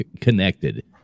connected